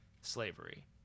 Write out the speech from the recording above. slavery